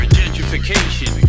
gentrification